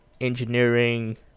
engineering